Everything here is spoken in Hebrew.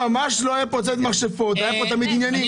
ממש לא היה פה ציד מכשפות, היה תמיד ענייני .